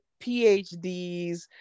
PhDs